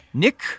Nick